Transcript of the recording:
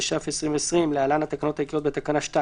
התש"ף 2020 (להלן התקנות העיקריות), בתקנה 2